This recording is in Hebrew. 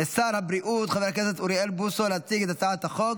שר הבריאות חבר הכנסת אוריאל בוסו להציג את הצעת החוק.